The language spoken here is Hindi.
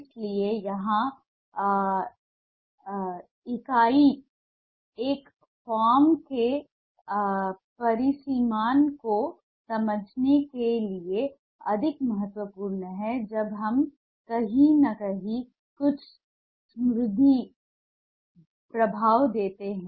इसलिए यहां इकाइयां एक फॉर्म के परिसीमन को समझने के लिए अधिक महत्वपूर्ण हैं जब हम कहीं न कहीं कुछ स्मूदी प्रभाव देते हैं